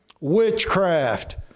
Witchcraft